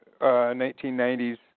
1990s